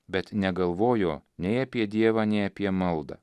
bet negalvojo nei apie dievą nei apie maldą